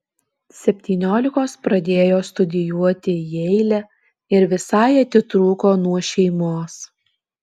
septyniolikos pradėjo studijuoti jeile ir visai atitrūko nuo šeimos